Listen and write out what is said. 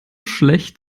schlecht